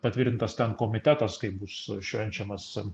patvirtintas ten komitetas kaip bus švenčiamas